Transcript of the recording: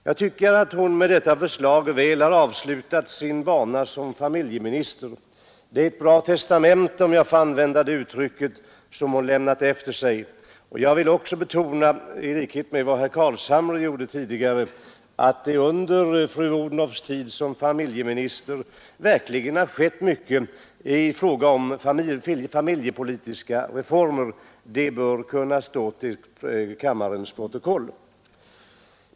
Jag tycker att hon med detta förslag väl har avslutat sin bana som familjeminister. Det är ett bra testamente — om jag får använda det uttrycket — som hon lämnat efter sig, och jag vill också betona i likhet med vad herr Carlshamre gjorde tidigare att det under fru Odhnoffs tid som familjeminister verkligen har skett mycket i fråga om familjepolitiska reformer. Det bör stå i kammarens protokoll.